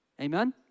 Amen